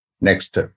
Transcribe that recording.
Next